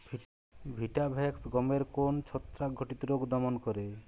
Vitavax গমের কোন ছত্রাক ঘটিত রোগ দমন করে?